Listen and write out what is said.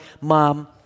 mom